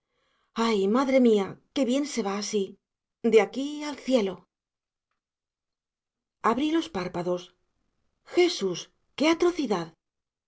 ay madre mía qué bien se va así de aquí al cielo abrí los párpados jesús qué atrocidad